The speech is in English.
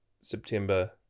september